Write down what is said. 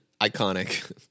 Iconic